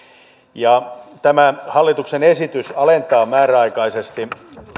tämä hallituksen esitys alentaa määräaikaisesti